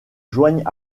joignent